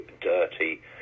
dirty